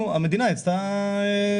המדינה הפסידה.